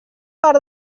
part